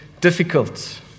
difficult